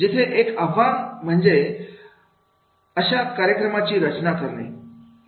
तिथे एक आव्हान म्हणजे अशा कार्यक्रमाची रचना करणे